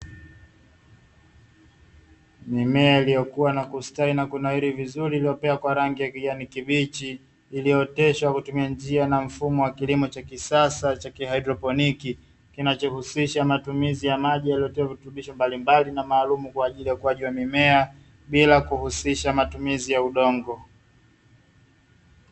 Mimea iliyokuwa na kustawi na kunawiri vizuri iliyopea kwa rangi ya kijani kibichi iliyooteshwa kutumia njia na mfumo wa kilimo cha kisasa cha kihaidroponi, kinachohusisha matumizi ya maji yaliyotoa virutubisho mbalimbali na maalumu kwa ajili ya ukuaji wa mimea bila kuhusisha matumizi ya udongo.